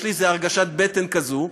יש לי איזו הרגשת בטן כזאת.